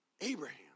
Abraham